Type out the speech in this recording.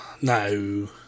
No